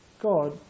God